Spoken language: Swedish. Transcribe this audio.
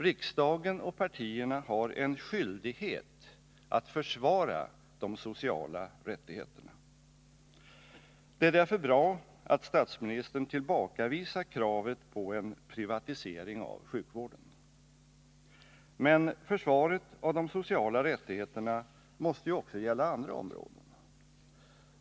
Riksdagen och partierna har en skyldighet att försvara de sociala rättigheterna. Det är därför bra att statsministern tillbakavisar kravet på en privatisering av sjukvården. Men försvaret av de sociala rättigheterna måste ju också gälla andra områden.